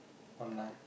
online